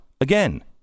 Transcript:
again